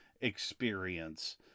experience